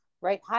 right